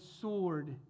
sword